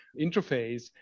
interface